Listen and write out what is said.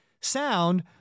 sound